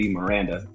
Miranda